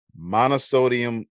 monosodium